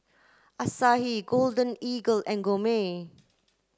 Asahi Golden Eagle and Gourmet